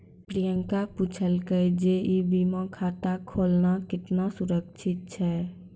प्रियंका पुछलकै जे ई बीमा खाता खोलना केतना सुरक्षित छै?